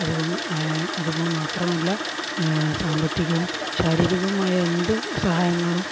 അതുകൊണ്ട് അതുപ മാത്രമല്ല സാമ്പത്തികവും ശാരീരികമായ എന്ത് സഹായങ്ങളും